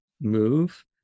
move